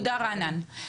תודה, רענן.